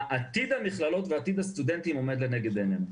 עתיד המכללות ועתיד הסטודנטים עומד לנגד עינינו.